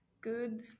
good